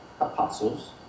apostles